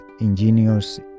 Ingenious